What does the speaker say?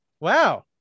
Wow